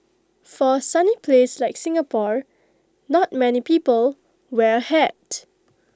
for A sunny place like Singapore not many people wear A hat